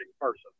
person